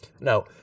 No